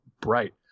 bright